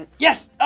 yes!